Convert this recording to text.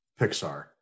Pixar